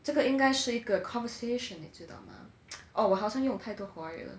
这个应该是一个 conversation 你知道吗 oh 我好像用太多华语了